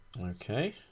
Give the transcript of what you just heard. Okay